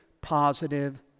positive